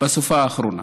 בסופה האחרונה.